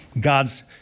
God's